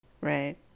Right